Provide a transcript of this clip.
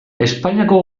espainiako